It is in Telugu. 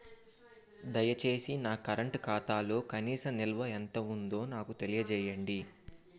దయచేసి నా కరెంట్ ఖాతాలో కనీస నిల్వ ఎంత ఉందో నాకు తెలియజేయండి